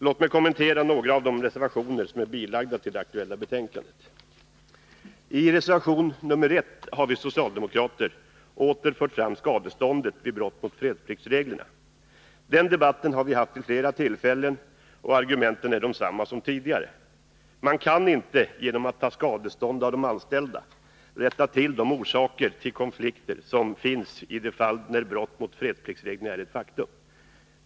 Låt mig kommentera några av de reservationer som är fogade till det aktuella betänkandet. I reservation 1 har vi socialdemokrater åter fört fram frågan om skadeståndet vid brott mot fredspliktsreglerna. Den debatten har vi fört vid flera tillfällen, och argumenten är desamma som tidigare. Man kan inte genom att utkräva skadestånd av de anställda rätta till det som är orsak till konflikten när brott mot rättspliktsreglerna är ett faktum.